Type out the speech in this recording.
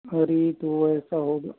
अरी तो ऐसा होगा